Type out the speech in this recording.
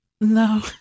No